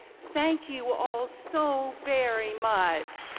thank you all so very much.